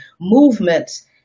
movements